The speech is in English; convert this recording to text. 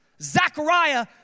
Zachariah